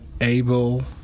able